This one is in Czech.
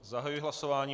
Zahajuji hlasování.